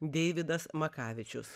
deividas makavičius